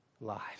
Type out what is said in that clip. lives